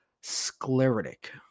sclerotic